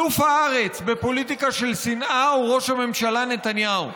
אלוף הארץ בפוליטיקה של שנאה הוא ראש הממשלה נתניהו,